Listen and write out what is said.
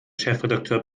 chefredakteur